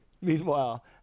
Meanwhile